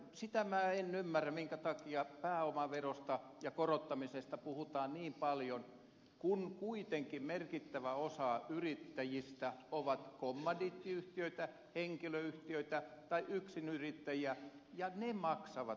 sitä minä en ymmärrä minkä takia pääomaverosta ja korottamisesta puhutaan niin paljon kun kuitenkin merkittävä osa yrittäjistä on kommandiittiyhtiöitä henkilöyhtiöitä tai yksinyrittäjiä ja ne maksavat tuon pääomaveron